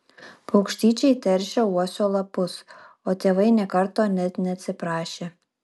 paukštyčiai teršė uosio lapus o tėvai nė karto net neatsiprašė